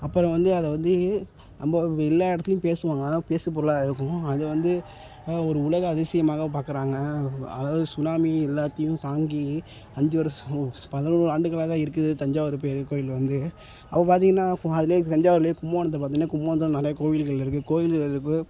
அப்புறம் வந்து அதை வந்து நம்ப எல்லா இடத்துலையும் பேசுவாங்க பேசுபொருளாக இருக்கும் அதை வந்து ஒரு உலக அதிசயமாக பார்க்குறாங்க அதாவது சுனாமி எல்லாத்தையும் தாங்கி அஞ்சு வருஷம் பதினோரு ஆண்டுகளாக இருக்குது தஞ்சாவூர் பெரிய கோயில் வந்து அப்போ பார்த்திங்கன்னா அதில் தஞ்சாவூரில் கும்மோணத்தை பார்த்திங்கன்னா கும்மோணத்தில் நிறையா கோயில்கள் இருக்குது கோயில்கள் இருக்குது